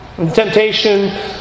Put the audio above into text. Temptation